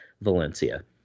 Valencia